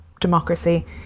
democracy